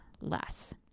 less